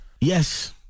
Yes